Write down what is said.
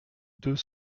deux